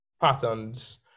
patterns